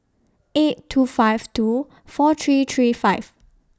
eight two five two four three three five